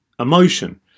Emotion